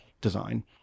design